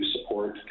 support